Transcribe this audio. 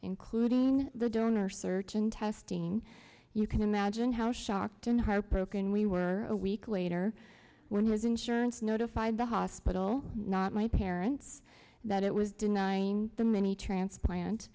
including the donor search and testing you can imagine how shocked and heartbroken we were a week later when he was insurance notified the hospital not my parents that it was denying them any transplant